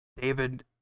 David